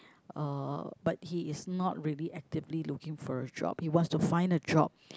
uh but he is not really actively looking for a job he wants to find a job